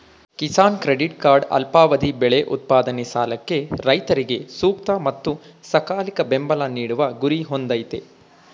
Kisan credit card ಅಲ್ಪಾವಧಿ ಬೆಳೆ ಉತ್ಪಾದನೆ ಸಾಲಕ್ಕೆ ರೈತರಿಗೆ ಸೂಕ್ತ ಮತ್ತು ಸಕಾಲಿಕ ಬೆಂಬಲ ನೀಡುವ ಗುರಿ ಹೊಂದಯ್ತೆ